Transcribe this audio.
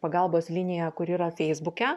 pagalbos liniją kuri yra feisbuke